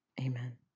Amen